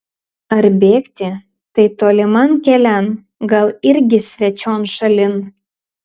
ar bėgti tai toliman kelian gal irgi svečion šalin